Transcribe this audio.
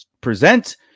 present